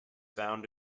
found